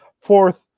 fourth